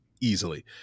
easily